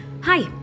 Hi